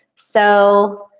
so